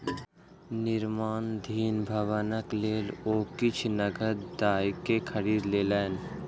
निर्माणाधीन भवनक लेल ओ किछ नकद दयके खरीद लेलैन